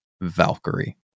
Valkyrie